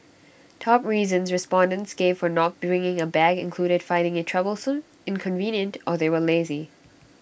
top reasons respondents gave for not bringing A bag included finding IT troublesome inconvenient or they were lazy